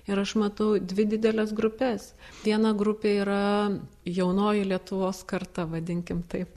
ir aš matau dvi dideles grupes viena grupė yra jaunoji lietuvos karta vadinkim taip